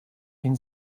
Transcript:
been